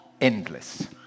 endless